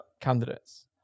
candidates